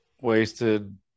wasted